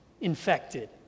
infected